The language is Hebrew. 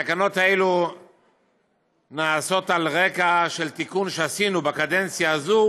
התקנות האלה נעשות על רקע תיקון שעשינו בקדנציה הזאת